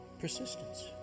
Persistence